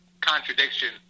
contradiction